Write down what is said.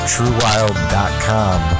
TrueWild.com